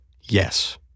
Yes